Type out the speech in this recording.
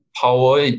power